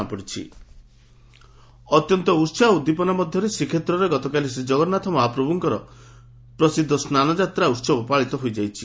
ଅଣସର ଅତ୍ୟନ୍ତ ଉସାହ ଓ ଉଦ୍ଦିପନା ମଧରେ ଶ୍ରୀକ୍ଷେତ୍ରରେ ଗତକାଲି ଶ୍ରୀକଗନ୍ନାଥ ମହାପ୍ରଭ୍ରକ୍କର ପ୍ରସିଦ୍ଧ ସ୍ନାନଯାତ୍ରା ଉହବ ପାଳିତ ହୋଇଯାଇଛି